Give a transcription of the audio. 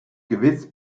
gewiss